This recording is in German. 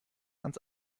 ans